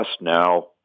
now